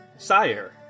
Sire